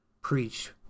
preach